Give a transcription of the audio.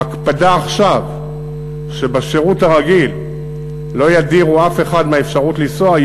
ההקפדה עכשיו שבשירות הרגיל לא ידירו אף אחד מהאפשרות לנסוע,